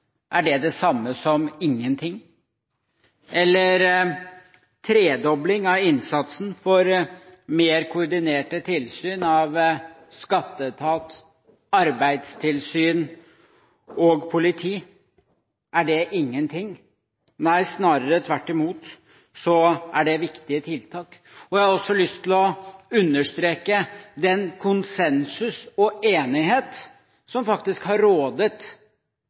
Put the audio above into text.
det samme som ingenting? Eller tredobling av innsatsen for mer koordinerte tilsyn av skatteetat, arbeidstilsyn og politi, er det ingenting? Nei, snarere tvert imot er det viktige tiltak. Jeg har også lyst til å understreke den konsensus og enighet som faktisk har rådet